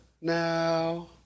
now